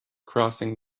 crossing